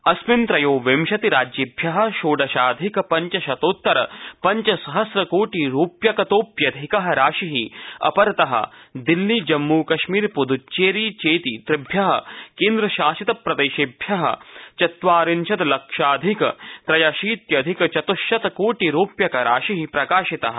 अस्मिन् त्रयोविंशति राज्येभ्यः षोडशादिक पञ्चशतो तर पञ्चसहस्रकोटिरूप्य तोप्यधिकः राशिः अपरतः दिल्ली जम्मू कश्मीर पुहुच्चेरी चेति त्रिभ्यः केन्द्रशासित प्रदेशभ्यः चत्वारिशत् लक्षाधिक त्यशीत्यधिक चत्ःशतकोटिरूप्यक राशिः प्रकाशितः